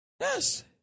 Yes